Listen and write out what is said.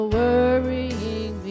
worrying